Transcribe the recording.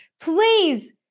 please